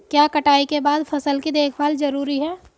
क्या कटाई के बाद फसल की देखभाल जरूरी है?